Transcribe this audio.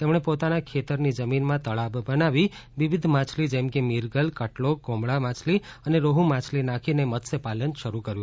તેમણે પોતાના ખેતર ની જમીન માં તળાવ બનાવી વિવિધ માછલી જેમકે મીરગલ કટલો કોમળા માછલી અને રોહ્ માછલી નાખી ને મત્સ્ય પાલન શરૂ કર્યું